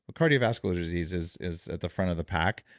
cardiovascular disease is is at the front of the pack,